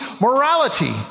morality